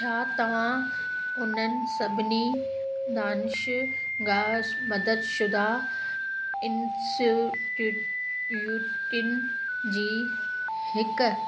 छा तव्हां उन्हनि सभिनी दानिशगाह मददशुदा इंस्टिट्यूटिन जी हिकु